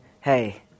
hey